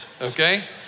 okay